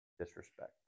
disrespect